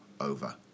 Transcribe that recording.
over